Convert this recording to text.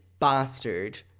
bastard